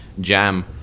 Jam